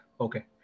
Okay